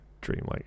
dreamlike